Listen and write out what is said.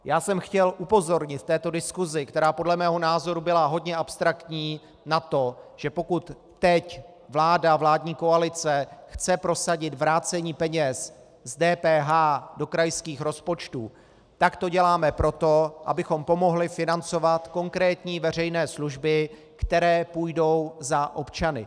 Já jsem chtěl upozornit v této diskusi, která podle mého názoru byla hodně abstraktní, na to, že pokud teď vláda, vládní koalice chce prosadit vrácení peněz z DPH do krajských rozpočtů, tak to děláme proto, abychom pomohli financovat konkrétní veřejné služby, které půjdou za občany.